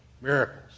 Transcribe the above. miracles